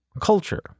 culture